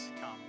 come